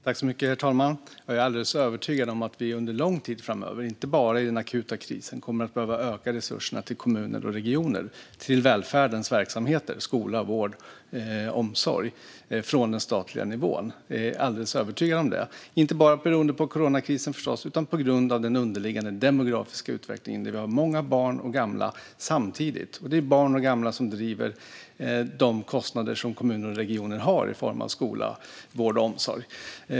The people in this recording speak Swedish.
Herr talman! Jag är alldeles övertygad om att vi under lång tid framöver, inte bara i den akuta krisen, kommer att behöva öka resurserna till kommuner och regioner till välfärdens verksamheter - skola, vård och omsorg - från den statliga nivån. Jag är alldeles övertygad om det, inte bara på grund av coronakrisen utan på grund av den underliggande demografiska utvecklingen där vi har många barn och gamla samtidigt. Och det är barn och gamla som driver upp de kostnader som kommuner och regioner har för skola, vård och omsorg.